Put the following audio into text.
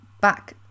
back